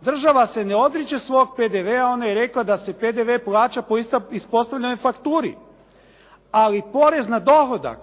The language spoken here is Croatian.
država se ne odriče svog PDV-a, ona je rekla da se PDV plaća po ispostavljenoj fakturi. Ali porez na dohodak